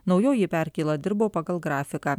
naujoji perkėla dirbo pagal grafiką